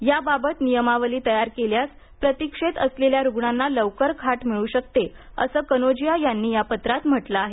याबाबत नियमावली तयार केल्यास प्रतीक्षेत असलेल्या रुग्णांना लवकर खाट मिळू शकते असं कनोजिया यांनी या पत्रात म्हटलं आहे